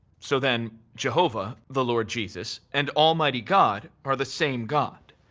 so then, jehovah, the lord jesus, and almighty god are the same god.